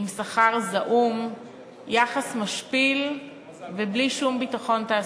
עם שכר זעום ויחס משפיל ובלי שום ביטחון תעסוקתי.